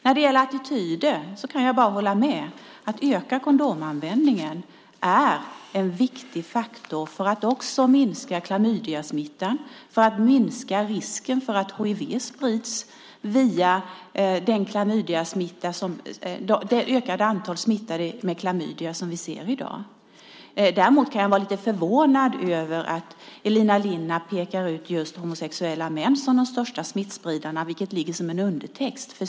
När det gäller attityder kan jag bara hålla med om att ökad kondomanvändning är en viktig faktor för att också minska klamydiasmittan och för att minska risken för att hiv sprids via det ökade antal personer som är smittade med klamydia som vi ser i dag. Däremot kan jag vara lite förvånad över att Elina Linna just pekar ut homosexuella män som de största smittspridarna - det ligger som en undertext.